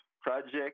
project